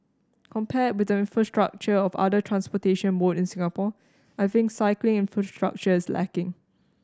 compared with the infrastructure of other transportation mode in Singapore I think cycling infrastructure is lacking